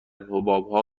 حبابها